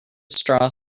straw